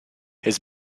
his